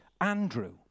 Andrew